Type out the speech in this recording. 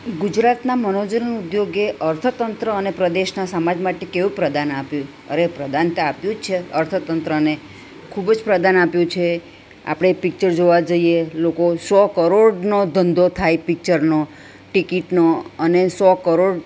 ગુજરાતના મનોરંજન ઉદ્યોગે અર્થતંત્ર અને પ્રદેશના સમાજ માટે કેવું પ્રદાન આપ્યું અરે પ્રદાન તો આપ્યું જ છે અર્થતંત્રને ખૂબ જ પ્રદાન આપ્યું છે આપણે પિક્ચર જોવા જઈએ લોકો સો કરોડનો ધંધો થાય પિક્ચરનો ટિકિટનો અને સો કરોડ